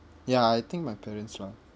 ya I think my parents lah